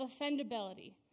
offendability